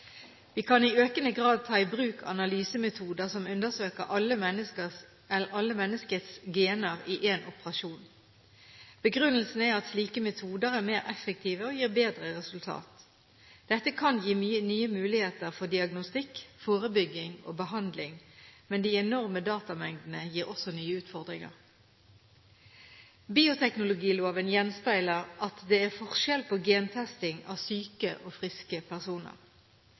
Vi kan i økende grad ta i bruk analysemetoder som undersøker alle menneskets gener i én operasjon. Begrunnelsen er at slike metoder er mer effektive og gir bedre resultater. Dette kan gi nye muligheter for diagnostikk, forebygging og behandling, men de enorme datamengdene gir også nye utfordringer. Bioteknologiloven gjenspeiler at det er forskjell på gentesting av syke og friske personer.